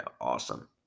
awesome